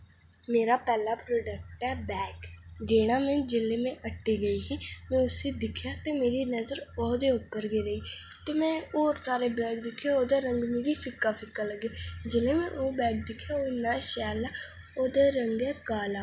मेरा पैह्ला प्रोडेक्ट ऐ बैग जेह्ड़ा में जेल्लै में हट्टी गेई ही ते में उसी दिक्खेआ ते मेरी नज़र ओह्दे पर गै गेई ते में होर बैग दिक्खे ते ओह्दा रंग मिगी फिक्का फिक्का लग्गेआ जेल्लै में ओह् बैग दिक्खेआ ओह् ओल्लै शैल ऐ ओह्दा रंग ऐ काला